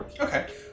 Okay